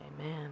Amen